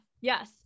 yes